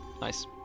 Nice